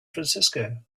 francisco